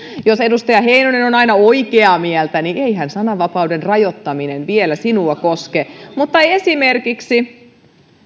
jos edustaja heinonen on aina oikeaa mieltä niin eihän sananvapauden rajoittaminen vielä sinua koske esimerkiksi